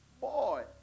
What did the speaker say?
Boy